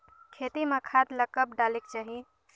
खेती म खाद ला कब डालेक चाही?